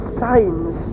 signs